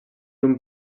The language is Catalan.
d’un